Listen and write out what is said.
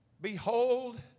Behold